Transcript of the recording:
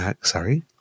sorry